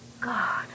God